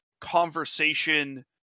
conversation